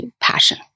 passion